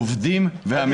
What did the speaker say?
עובדים והמדינה.